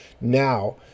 now